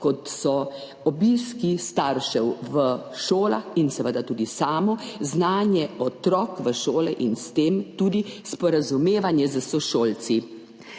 kot so obiski staršev v šolah in seveda tudi samo znanje otrok v šoli in s tem tudi sporazumevanje s sošolci.